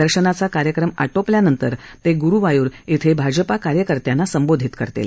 दर्शनाचा कार्यक्रम आटोपल्यानंतर ते गुरुवायूर श्वं भाजपा कार्यकर्त्यांना संबोधित करतील